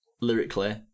lyrically